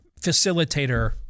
facilitator